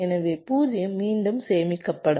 எனவே 0 மீண்டும் சேமிக்கப்படும்